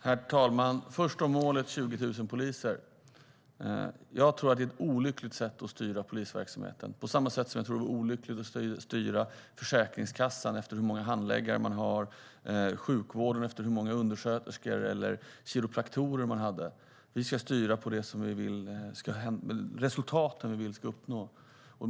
Herr talman! Först till målet om 20 000 poliser. Jag tror att det är ett olyckligt sätt att styra polisverksamheten, på samma sätt som det vore olyckligt att styra Försäkringskassan efter hur många handläggare den har eller sjukvården efter hur många undersköterskor eller kiropraktorer den har. Vi ska styra mot resultaten vi vill uppnå.